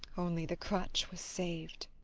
only the crutch was saved.